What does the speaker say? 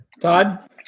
Todd